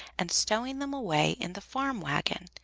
and stowing them away in the farm-wagon,